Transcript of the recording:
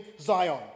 Zion